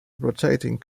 rotating